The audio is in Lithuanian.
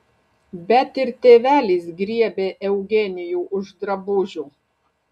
bet ir tėvelis griebė eugenijų už drabužių